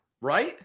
right